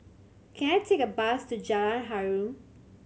can I take a bus to Jalan Harum